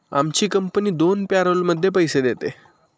आमची कंपनी दोन पॅरोलमध्ये पैसे देते